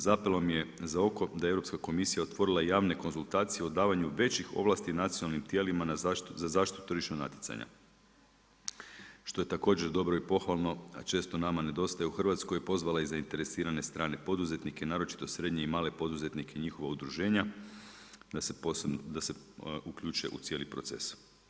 Zapelo mi je za oko da je Europska komisija otvorila javne konzultacije o davanju većih ovlasti nacionalnim tijelima za zaštitu tržišnog natjecanja što je također dobro i pohvalno a često nama nedostaje u Hrvatskoj, pozvala je zainteresirane strane poduzetnike, naročito srednje i male poduzetnike i njihova udruženja da se uključe u cijeli proces.